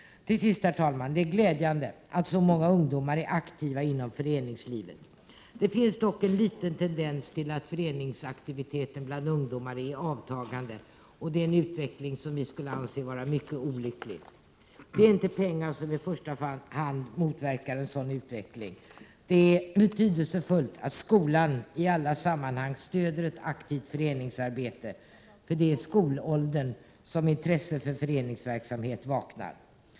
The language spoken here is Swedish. Slutligen, herr talman, är det glädjande att så många ungdomar är aktiva inom föreningslivet. Det finns dock en svag tendens till att föreningsaktiviteten bland ungdomar är i avtagande, och det är en utveckling som vi anser vara mycket olycklig. Det är inte pengar som i första hand kan motverka en sådan utveckling och det är betydelsefullt att skolan i alla sammanhang stöder ett aktivt föreningsarbete, för det är i skolåldern som intresset för föreningsverksamhet vaknar.